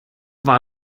war